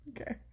Okay